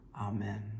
Amen